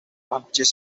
languages